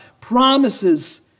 promises